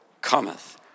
cometh